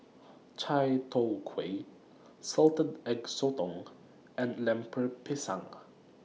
Chai Tow Kway Salted Egg Sotong and Lemper Pisang